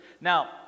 Now